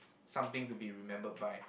something to be remembered by